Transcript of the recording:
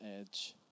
edge